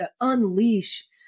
unleash